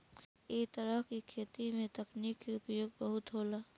ऐ तरह के खेती में तकनीक के उपयोग बहुत होला